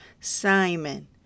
Simon